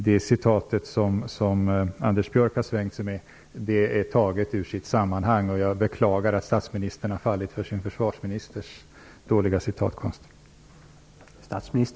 Det citat som Anders Björck har svängt sig med är taget ur sitt sammanhang. Jag beklagar att statsministern har fallit för sin försvarsministers dåliga citatkonst.